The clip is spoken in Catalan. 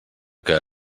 que